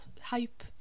hype